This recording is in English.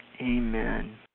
Amen